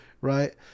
right